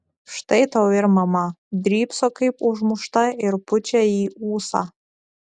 štai tau ir mama drybso kaip užmušta ir pučia į ūsą